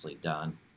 done